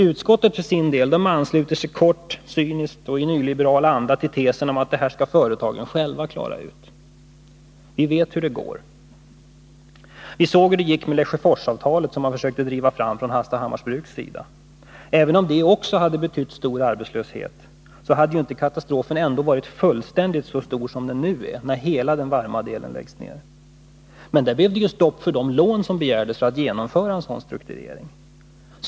Utskottet för sin del ansluter sig kort, cyniskt och i nyliberal anda till tesen att företagarna själva skall klara ut problemen. Vi vet hur det går. Vi såg hur det gick med Lesjöforsavtalet, som Hallstahammars Bruk försökte driva fram. Även om det också hade betytt stor arbetslöshet, så hade det inte inneburit en fullt så stor katastrof som nu, när hela den varma delen läggs ned. Men då blev det stopp för de lån som begärdes för att genomföra struktureringen.